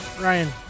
Ryan